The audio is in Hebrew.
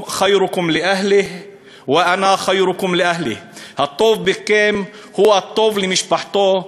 (אומר דברים בשפה בערבית ומתרגמם:) הטוב בכם הוא הטוב למשפחתו,